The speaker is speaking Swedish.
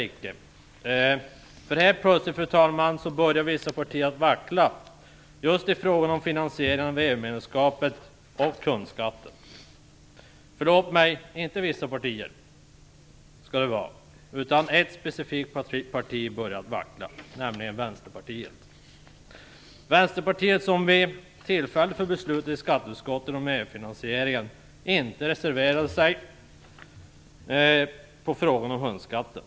Helt plötsligt, fru talman, börjar vissa partier att vackla just i frågan om finansieringen av EU medlemskapet och hundskatten. Förlåt mig, det är inte vissa partier utan ett specifikt parti som börjar vackla: Vänsterpartiet, som vid tillfället för skatteutskottets beslut om EU-finansieringen inte reserverade sig i frågan om hundskatten.